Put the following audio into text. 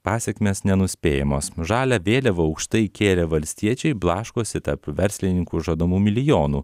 pasekmės nenuspėjamos žalią vėliavą aukštai kėlę valstiečiai blaškosi tarp verslininkų žadamų milijonų